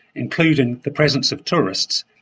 including the presence of tourists,